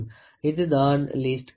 இதுதான் least count